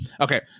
Okay